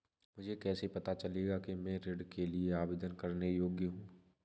मुझे कैसे पता चलेगा कि मैं ऋण के लिए आवेदन करने के योग्य हूँ?